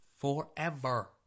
Forever